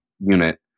unit